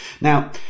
now